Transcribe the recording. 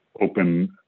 open